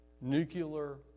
nuclear